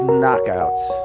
knockouts